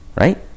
Right